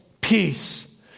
peace